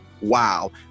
wow